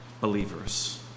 believers